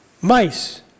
Mice